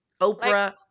Oprah